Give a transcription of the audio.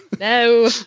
No